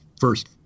first